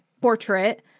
portrait